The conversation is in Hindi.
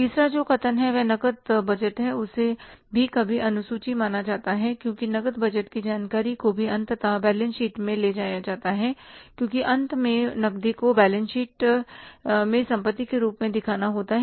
तीसरा जो कथन है वह नकद बजट है उसे भी कभी अनुसूची माना जाता है क्योंकि नकदी बजट की जानकारी को भी अंततः बैलेंस शीट में ले जाया जाता है क्योंकि अंत में नकदी को बैलेंस शीट में संपत्ति के रूप में दिखाना होता है